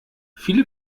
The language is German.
viele